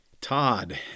Todd